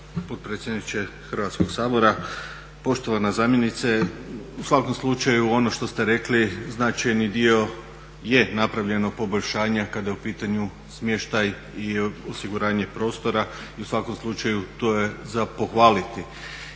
potpredsjedniče Hrvatskoga sabora. Poštovana zamjenice u svakom slučaju ono što ste rekli značajni dio, je napravljeno poboljšanje kada je u pitanju smještaj i osiguranje prostora i u svakom slučaju to je za pohvaliti